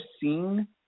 seen